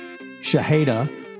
Shaheda